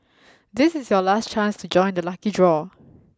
this is your last chance to join the lucky draw